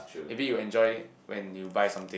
maybe you will enjoy it when you buy something